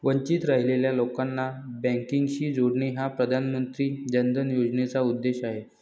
वंचित राहिलेल्या लोकांना बँकिंगशी जोडणे हा प्रधानमंत्री जन धन योजनेचा उद्देश आहे